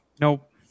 Nope